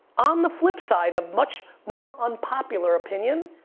on the flip side a much more unpopular opinion,